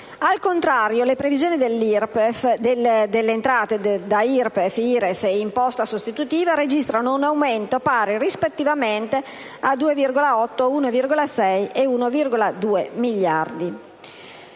Al contrario, le previsioni dell'IRPEF, dell'IRES e dell'imposta sostitutiva registrano un aumento pari, rispettivamente, a 2,8, 1,6 e 1,2 miliardi.